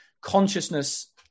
consciousness